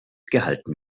gehalten